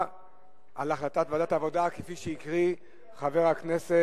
הצבעה על החלטת ועדת העבודה, כפי שהקריא חבר הכנסת